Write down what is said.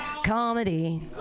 Comedy